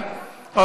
נכון?